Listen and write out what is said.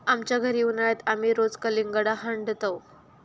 आमच्या घरी उन्हाळयात आमी रोज कलिंगडा हाडतंव